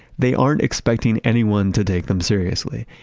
they aren't expecting anyone to take them seriously,